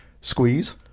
Squeeze